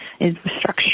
infrastructure